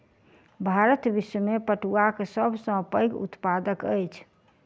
भारत विश्व में पटुआक सब सॅ पैघ उत्पादक अछि